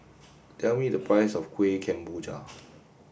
tell me the price of Kuih Kemboja